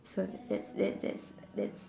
so that's that's that's that's